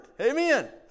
Amen